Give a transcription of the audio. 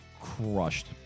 Crushed